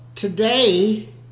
today